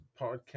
podcast